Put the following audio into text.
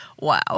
Wow